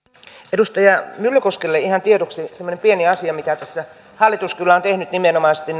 edustaja myllykoskelle ihan tiedoksi semmoinen pieni asia mitä tässä hallitus kyllä on tehnyt nimenomaisesti